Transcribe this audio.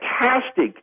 fantastic